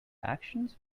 actions